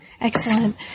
Excellent